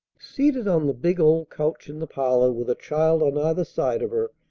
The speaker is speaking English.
seated on the big old couch in the parlor with a child on either side of her,